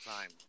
time